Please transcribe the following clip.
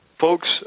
Folks